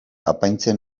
apaintzen